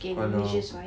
kalau